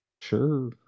Sure